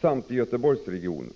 samt i Göteborgsregionen.